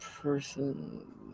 person